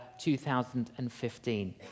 2015